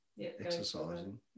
exercising